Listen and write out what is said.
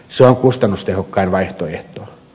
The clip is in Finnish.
se on kustannustehokkain vaihtoehto